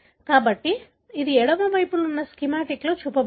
కాబట్టి ఇది ఎడమ వైపున ఉన్న స్కీమాటిక్లో చూపబడింది